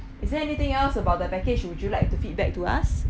is there anything else about the package would you like to feedback to us